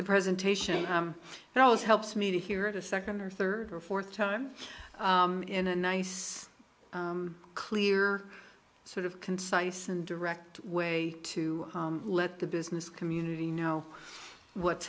the presentation it always helps me to hear it a second or third or fourth time in a nice clear sort of concise and direct way to let the business community know what's